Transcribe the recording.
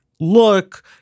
look